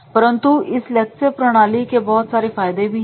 परंतु इस लेक्चर प्रणाली के बहुत सारे फायदे भी हैं